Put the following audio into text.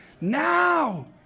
now